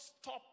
stop